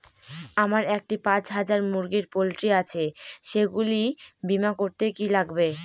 আমার একটি পাঁচ হাজার মুরগির পোলট্রি আছে সেগুলি বীমা করতে কি লাগবে?